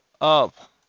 up